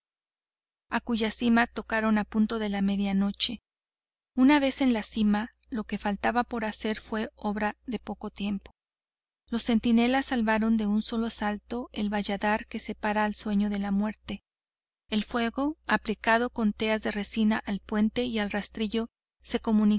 a cuya cima tocaron a punto de medianoche una vez en la cima lo que faltaba por hacer fue obra de poco tiempo los centinelas salvaron de un solo salto el valladar que separa al sueño de la muerte el fuego aplicado con teas de resina al puente y al